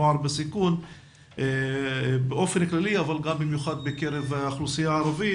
נוער בסיכון באופן כללי אבל גם במיוחד בקרב האוכלוסייה הערבית.